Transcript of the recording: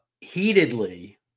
heatedly